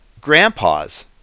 grandpas